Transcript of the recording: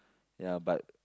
ya but